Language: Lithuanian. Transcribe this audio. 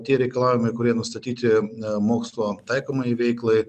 tie reikalavimai kurie nustatyti ne mokslo taikomajai veiklai